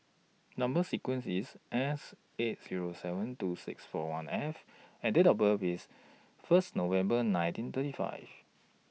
Number sequence IS S eight Zero seven two six four one F and Date of birth IS First November nineteen thirty five